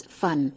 fun